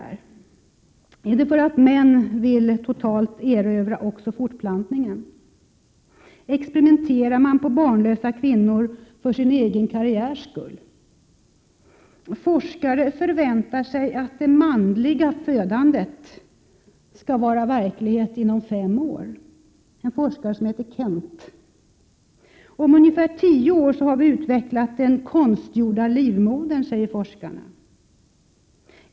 Är det för att män vill erövra också fortplantningen totalt? Experimenterar forskarna med barnlösa kvinnor för sin egen karriärs skull? Forskare förväntar sig att det manliga födandet skall vara verklighet inom fem år, säger en forskare som heter Kent. Om ungefär tio år har vi utvecklat den konstgjorda livmodern, säger forskarna.